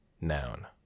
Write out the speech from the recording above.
Noun